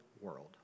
world